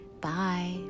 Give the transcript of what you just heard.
Bye